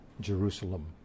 Jerusalem